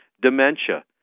dementia